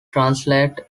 translate